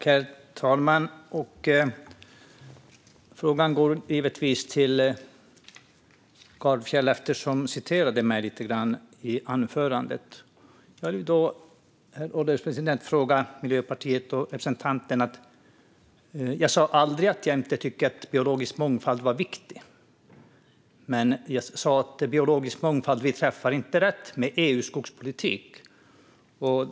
Herr ålderspresident! Min fråga går givetvis till Gardfjell eftersom hon citerade mig lite grann i anförandet. Jag sa aldrig att jag tycker att biologisk mångfald inte är viktig. Men jag sa att vi inte träffar rätt med EU:s skogspolitik när det gäller den biologiska mångfalden.